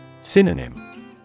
Synonym